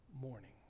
morning